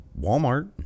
Walmart